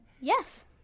Yes